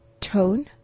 tone